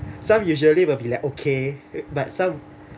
some usually will be like okay but some